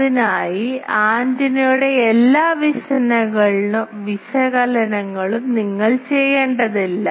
അതിനായി ആന്റിനയുടെ എല്ലാ വിശകലനങ്ങളും നിങ്ങൾ ചെയ്യേണ്ടതില്ല